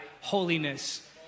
holiness